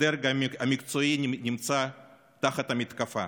הדרג המקצועי נמצא תחת מתקפה.